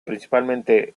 principalmente